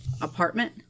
apartment